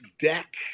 deck